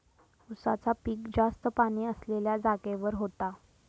उसाचा पिक जास्त पाणी असलेल्या जागेवर होता